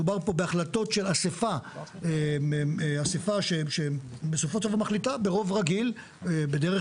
מדובר פה בהחלטות של אסיפה שבסופו של דבר מחליטה ברוב רגיל בדרך